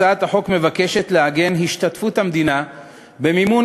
הצעת החוק מבקשת לעגן את השתתפות המדינה במימון